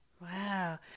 Wow